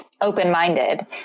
open-minded